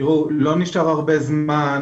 נשאר הרבה זמן,